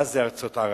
מה זה ארצות ערב.